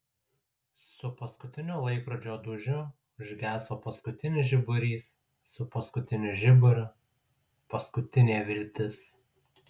su paskutiniu laikrodžio dūžiu užgeso paskutinis žiburys su paskutiniu žiburiu paskutinė viltis